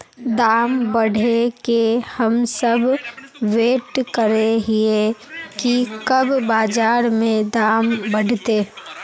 दाम बढ़े के हम सब वैट करे हिये की कब बाजार में दाम बढ़ते?